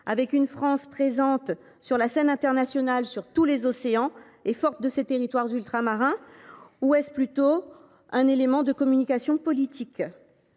avec une France présente sur la scène internationale, sur tous les océans, forte de ses territoires ultramarins, ou plutôt un élément de communication politique ?